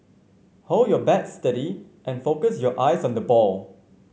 hold your bat steady and focus your eyes on the ball